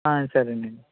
సరే నండి